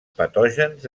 patògens